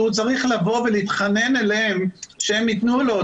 שהוא צריך להתחנן אליהם שהם ייתנו לו,